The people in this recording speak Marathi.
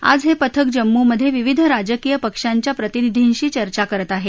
आज हे पथक जम्मूमधे विविध राजकीय पक्षांच्या प्रतिनिधीशी चर्चा करत आहे